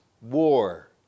war